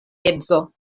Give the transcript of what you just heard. edzo